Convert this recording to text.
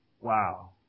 Wow